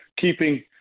keeping